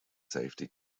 safety